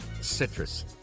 citrus